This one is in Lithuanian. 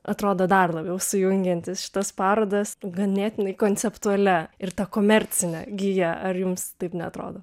atrodo dar labiau sujungiantis šitas parodas ganėtinai konceptualia ir ta komercine gija ar jums taip neatrodo